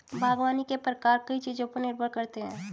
बागवानी के प्रकार कई चीजों पर निर्भर करते है